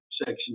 Section